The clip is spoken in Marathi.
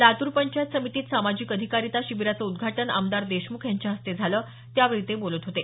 लातूर पंचायत समितीत सामाजिक अधिकारिता शिबिराचं उद्घाटन आमदार देशमुख यांच्या हस्ते झाले त्यावेळी ते बोलत होते